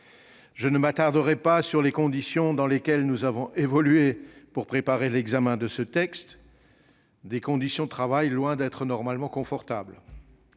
Je ne m'attarderai pas sur les conditions dans lesquelles nous avons préparé l'examen de ce texte- des conditions de travail loin d'être normalement confortables